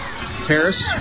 Harris